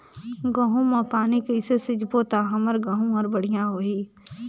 गहूं म पानी कइसे सिंचबो ता हमर गहूं हर बढ़िया होही?